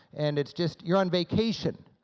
and it's just you're on vacation,